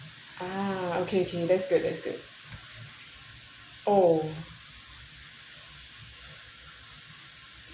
ah okay okay that's good that's good oh